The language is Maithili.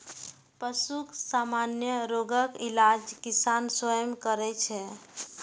पशुक सामान्य रोगक इलाज किसान स्वयं करै छै